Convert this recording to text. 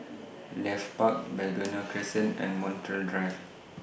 Leith Park Begonia Crescent and Montreal Drive